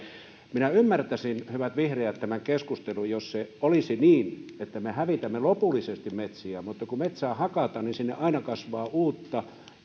ymmärtäisin hyvät vihreät tämän keskustelun jos se olisi niin että me hävitämme lopullisesti metsiä mutta kun metsää hakataan niin sinne aina kasvaa uutta